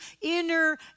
inner